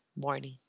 morning